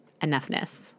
enoughness